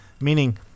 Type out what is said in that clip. meaning